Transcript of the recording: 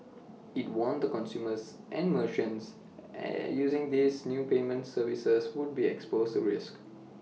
IT warned the consumers and merchants are using these new payment services would be exposed to risks